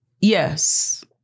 Yes